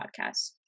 podcast